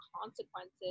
consequences